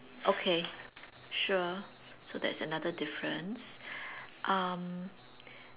okay sure so that's another difference um